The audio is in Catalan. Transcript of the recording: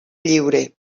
lliure